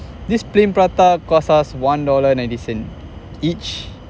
this plain prata cost us one dollar ninety cent each